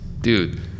Dude